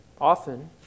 often